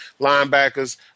linebackers